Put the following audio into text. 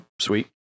sweet